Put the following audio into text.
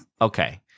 Okay